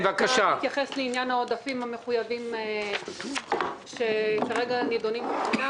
אני רוצה להתייחס לעניין העודפים המחויבים שכרגע נדונים בפנייה.